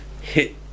hit